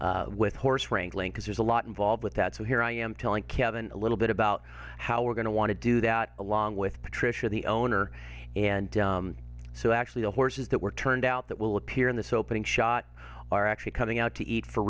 obstacles with horse wrangling because there's a lot involved with that so here i am telling kevin a little bit about how we're going to want to do that along with patricia the owner and so actually the horses that were turned out that will appear in this opening shot are actually coming out to eat for